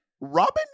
Robin